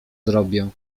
zrobię